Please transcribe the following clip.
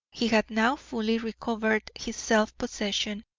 he had now fully recovered his self-possession,